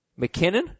McKinnon